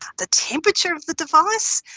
the temperature of the device.